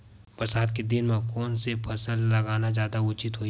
बरसात के दिन म कोन से फसल लगाना जादा उचित होही?